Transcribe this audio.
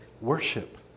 worship